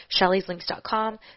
Shelly'sLinks.com